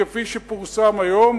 כפי שפורסם היום,